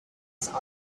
saw